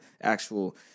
actual